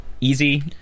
easy